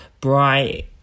bright